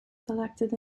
selected